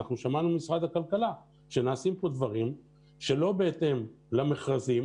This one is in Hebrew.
שמענו ממשרד הכלכלה שנעשים פה דברים שלא בהתאם למכרזים,